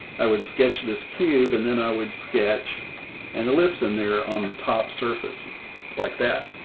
i would sketch this cube. and then i would sketch and ellipse in there on the top surface like that.